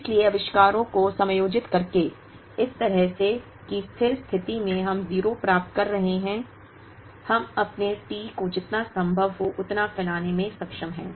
इसलिए आविष्कारों को समायोजित करके इस तरह से कि स्थिर स्थिति में हम 0 प्राप्त कर रहे हैं हम अपने T को जितना संभव हो उतना फैलाने में सक्षम हैं